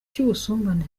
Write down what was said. cy’ubusumbane